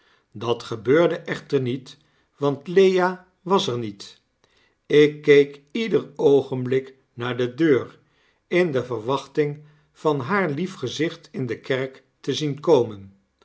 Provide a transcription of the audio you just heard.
dat gebeurde echter niet want lea was er niet ik keek ieder oogenblik naar de deur in de verwachting van haar lief gezicht in de kerk te zien komen